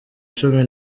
cumi